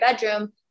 bedroom